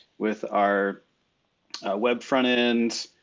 with our web front-end,